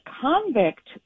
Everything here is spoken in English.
convict